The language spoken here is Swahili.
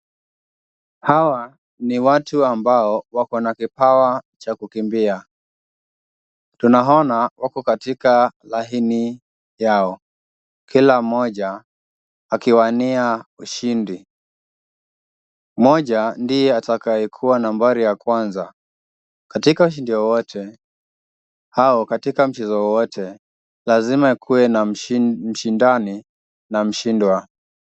Hawa ni watu ambao wako na kipawa cha kukimbia. Tunaona wako katika laini yao, kila mmoja akiwania ushindi. Mmoja ndiye atakayekuwa nambari ya kwanza. Katika ushindi wowote au katika mchezo wowote lazima kuwe na mshindani na mshindwa.